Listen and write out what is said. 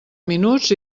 minuts